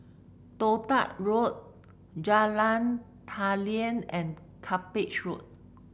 Toh Tuck Road Jalan Daliah and Cuppage Road